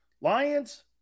Lions